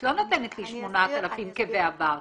את לא נותנת לי 8,000 כבעבר,